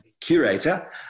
curator